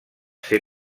ser